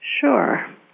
Sure